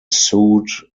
sued